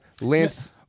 Lance